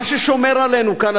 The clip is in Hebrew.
מה ששומר עלינו כאן,